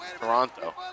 Toronto